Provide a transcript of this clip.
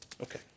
Okay